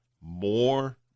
more